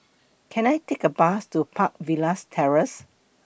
Can I Take A Bus to Park Villas Terrace